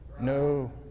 No